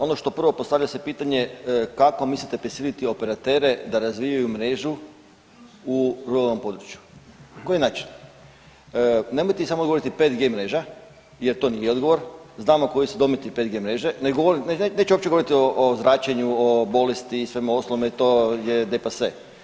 Ono što prvo postavlja se pitanje kako mislite prisiliti operatere da razvijaju mrežu u ruralnom području, na koji način, nemojte samo odgovoriti 5G mreža jer to nije odgovor, znamo koji su dometi 5G mreže, ne govorim, neću uopće govoriti o zračenju, o bolesti i svemu ostalome, to je depase.